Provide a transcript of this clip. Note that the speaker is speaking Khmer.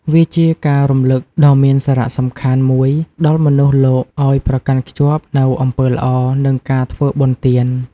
វាជាការរំឭកដ៏មានសារៈសំខាន់មួយដល់មនុស្សលោកឲ្យប្រកាន់ខ្ជាប់នូវអំពើល្អ និងការធ្វើបុណ្យទាន។